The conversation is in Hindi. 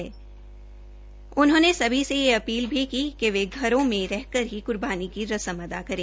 ै उन्होंने सभी से यह अपील भी की कि वे घरों में रहकार ही कुर्बानी की रस्म अदा करे